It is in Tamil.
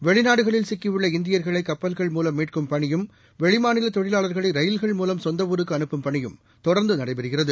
வெளிநாடுகளில் சிக்கியுள்ள இந்தியர்களை கப்பல்கள் மூலம் மீட்கும் பணியும வெளிமாநில தொழிலாளர்களை ரயில்கள் மூலம் சொந்த ஊருக்கு அனுப்பும் பணியும் தொடர்ந்தா நடைபெறுகிறது